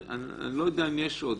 אני לא יודע אם יש עוד,